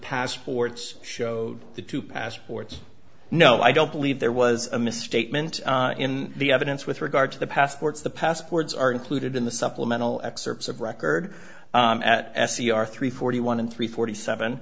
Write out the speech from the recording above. passports showed the two passports no i don't believe there was a misstatement in the evidence with regard to the passports the passports are included in the supplemental excerpts of record at s e r three forty one and three forty seven